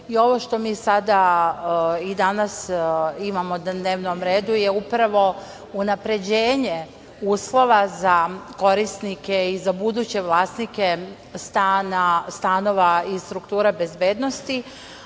Ovo što mi sada i danas imamo na dnevnom redu je upravo unapređenje uslova za korisnike i za buduće vlasnike stanova iz struktura bezbednosti,